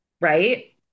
Right